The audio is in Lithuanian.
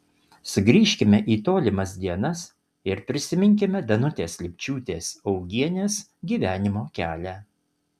sugrįžkime į tolimas dienas ir prisiminkime danutės lipčiūtės augienės gyvenimo kelią